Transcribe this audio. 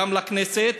גם לכנסת,